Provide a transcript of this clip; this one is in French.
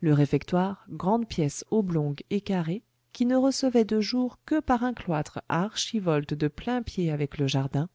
le réfectoire grande pièce oblongue et carrée qui ne recevait de jour que par un cloître à archivoltes de plain-pied avec le jardin